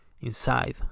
inside